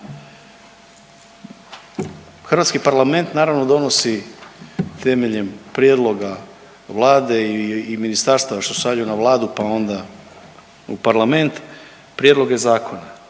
Hrvatski parlament naravno donosi temeljem prijedloga Vlade i ministarstva što šalju na Vladu, pa onda u parlament prijedloge zakona.